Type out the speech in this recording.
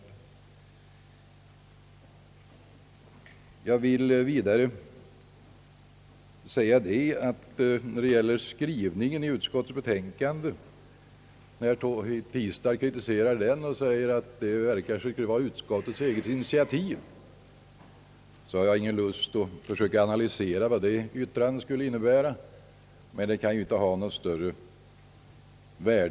När vidare herr Tistad kritiserar skrivningen i utskottets betänkande och säger, att det av den verkar som om förslaget om retroaktivitet skulle ha varit utskottets eget initiativ, så har jag för min del ingen lust att försöka analysera vad det yttrandet skulle innebära. Det kan emellertid inte ha något större värde.